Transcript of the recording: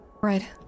Right